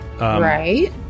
Right